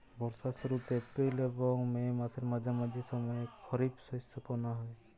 বর্ষার শুরুতে এপ্রিল এবং মে মাসের মাঝামাঝি সময়ে খরিপ শস্য বোনা হয়